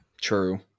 True